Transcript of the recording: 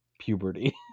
puberty